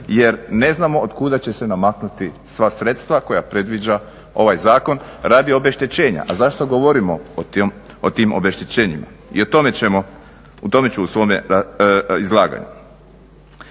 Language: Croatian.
jer ne znamo od kuda će se namaknuti sva sredstva koja predviđa ovaj zakon radi obeštećenja. A zašto govorimo o tim obeštećenima? O tome su u svome izlaganju.